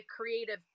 creative